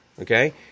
Okay